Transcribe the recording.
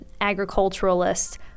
agriculturalists